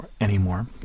anymore